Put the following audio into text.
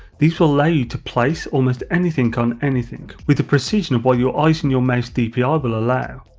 these will allow you to place almost anything on anything with the precision of what your eyes and your mouses dpi will allow.